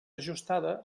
ajustada